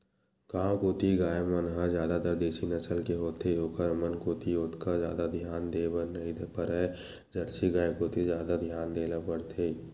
गांव कोती गाय मन ह जादातर देसी नसल के होथे ओखर मन कोती ओतका जादा धियान देय बर नइ परय जरसी गाय कोती जादा धियान देय ल परथे